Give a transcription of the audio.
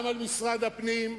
גם על משרד הפנים,